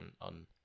on